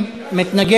לסדר-היום.